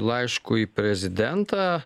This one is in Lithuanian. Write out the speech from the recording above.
laišku į prezidentą